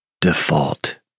default